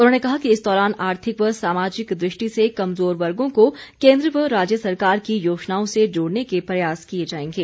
उन्होंने कहा कि इस दौरान आर्थिक व सामाजिक दृष्टि से कमजोर वर्गों को केन्द्र व राज्य सरकार की योजनाओं से जोड़ने के प्रयास किए जाएंगे